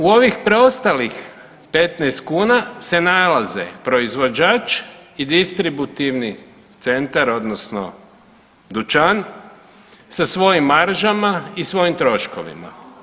U ovih preostalih 15 kuna se nalaze proizvođač i distributivni centar odnosno dućan sa svojim maržama i svojim troškovima.